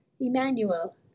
Emmanuel